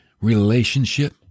relationship